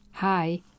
Hi